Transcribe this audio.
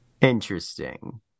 Interesting